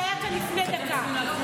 שהיה כאן לפני דקה.